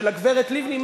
של הגברת לבני,